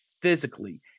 physically